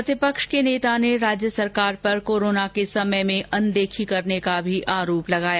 प्रतिपक्ष के नेता ने राज्य सरकार पर कोरोना के समय में अनदेखी करने का भी आरोप लगाया